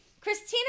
Christina